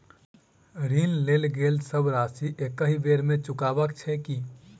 ऋण लेल गेल सब राशि एकहि बेर मे चुकाबऽ केँ छै की?